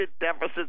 deficits